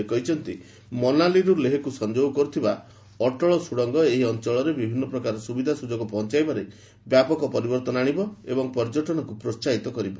ସେ କହିଛନ୍ତି ମନାଲିରୁ ଲେହକୁ ସଂଯୋଗ କରୁଥିବା ଅଟଳ ସୁଡ଼ଙ୍ଗ ଏହି ଅଞ୍ଚଳରେ ବିଭିନ୍ନ ପ୍ରକାର ସୁବିଧା ସୁଯୋଗ ପହଞ୍ଚାଇବାରେ ବ୍ୟାପକ ପରିବର୍ଭନ ଆଣିବ ଏବଂ ପର୍ଯ୍ୟଟନକୁ ପ୍ରୋହାହିତ କରିବ